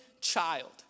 child